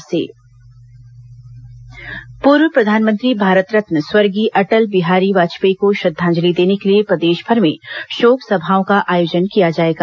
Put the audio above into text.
भाजपा बैठक पूर्व प्रधानमंत्री भारत रत्न स्वर्गीय अटल बिहारी वाजपेयी को श्रद्धांजलि देने के लिए प्रदेशभर में शोक सभाओं का आयोजन किया जाएगा